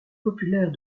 populaire